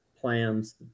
plans